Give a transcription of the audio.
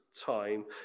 time